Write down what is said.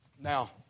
Now